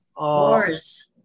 wars